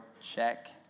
check